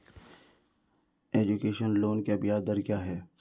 Education loan की ब्याज दर क्या है?